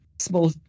small